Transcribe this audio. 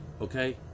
okay